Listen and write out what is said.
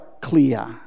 clear